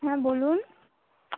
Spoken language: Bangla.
হ্যাঁ বলুন